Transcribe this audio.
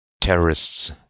Terrorists